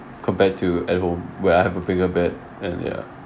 compared to at home where I have a bigger bed and ya